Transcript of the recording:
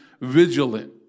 vigilant